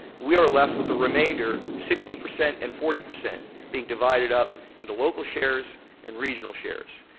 we are left with the remainder, sixty percent and forty percent being divided up into local shares and regional shares.